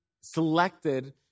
selected